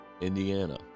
Indiana